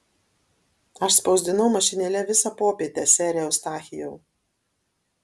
aš spausdinau mašinėle visą popietę sere eustachijau